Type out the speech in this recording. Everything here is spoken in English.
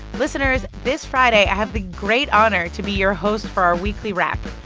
listeners, this friday, i have the great honor to be your host for our weekly wrap.